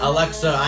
Alexa